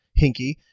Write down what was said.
hinky